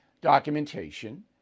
documentation